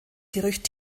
gerücht